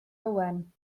owen